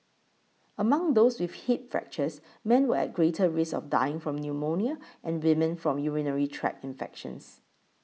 among those with hip fractures men were at greater risk of dying from pneumonia and women from urinary tract infections